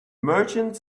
merchant